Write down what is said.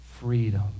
freedom